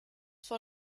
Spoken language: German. vor